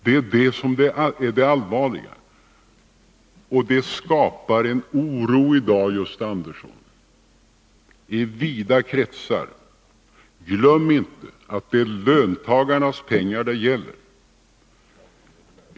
Det är det som är det allvarliga, och det skapar i dag en oro i vida kretsar, Gösta Andersson. Glöm inte att det är löntagarnas pengar det gäller!